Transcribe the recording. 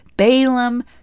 Balaam